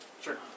Sure